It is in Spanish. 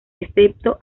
excepto